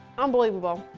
unbelievable.